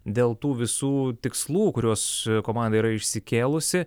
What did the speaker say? dėl tų visų tikslų kuriuos komanda yra išsikėlusi